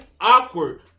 awkward